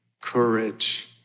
courage